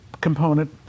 component